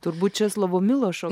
turbūt česlovo milošo